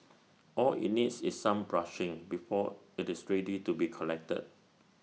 all IT needs is some brushing before IT is ready to be collected